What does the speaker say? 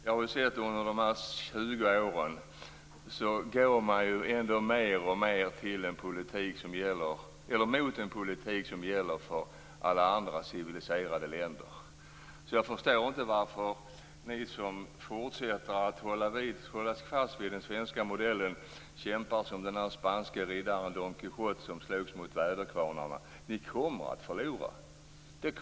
Jag har sett att under dessa 20 år har man mer och mer gått mot en politik som gäller för alla andra civiliserade länder. Jag förstår inte varför ni fortsätter att hålla fast vid den svenska modellen och kämpar som den spanske riddaren Don Quijote som slogs mot väderkvarnarna. Ni kommer att förlora.